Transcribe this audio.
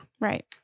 Right